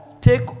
take